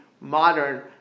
modern